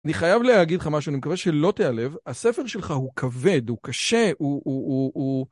אני חייב להגיד לך משהו, אני מקווה שלא תיעלב, הספר שלך הוא כבד, הוא קשה, הוא...